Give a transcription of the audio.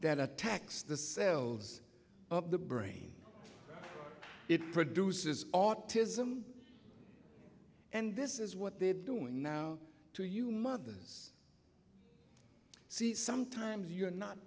that attacks the cells of the brain it produces autism and this is what they're doing now to you mothers see sometimes you're not